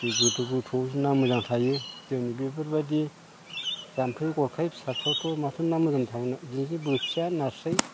दै गोथौ गोथौआव ना मोजां थायो जोंनि बेफोरबायदि जामफै गरखाय फिसाफ्रावथ' माथो ना मोजां थानो बिदिनो बोथिया नास्राइ